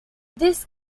this